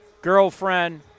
girlfriend